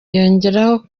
yongeyeho